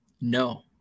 No